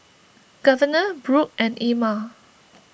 Governor Brook and Ilma